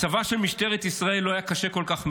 מצבה של משטרת ישראל לא היה קשה כל כך מעולם,